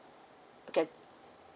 uh can